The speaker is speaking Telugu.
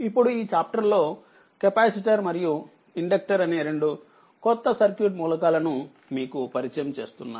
ఇప్పుడు ఈ చాప్టర్ లో కెపాసిటర్ మరియు ఇండక్టర్ అనే రెండు క్రొత్త సర్క్యూట్ మూలకాలను మీకు పరిచయం చేస్తున్నాను